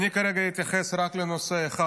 כרגע אתייחס רק לנושא אחד,